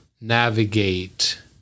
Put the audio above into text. navigate